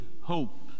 hope